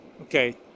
Okay